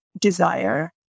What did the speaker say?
desire